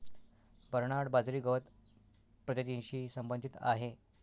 Bernard बाजरी गवत प्रजातीशी संबंधित आहे